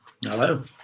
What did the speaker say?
hello